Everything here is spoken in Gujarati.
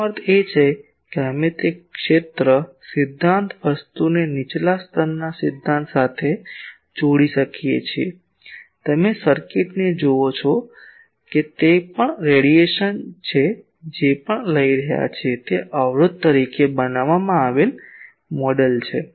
એનો અર્થ એ કે અમે તે ક્ષેત્ર સિદ્ધાંત વસ્તુને નીચલા સ્તરના સિદ્ધાંત સાથે જોડી શકીએ છીએ તમે સર્કિટ થિયરીને જોવો છો કે તે પણ એક રેડિયેશન છે જે આપણે લઈ રહ્યા છીએ તે અવરોધ તરીકે બનાવવામાં આવેલ મોડેલ છે